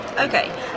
Okay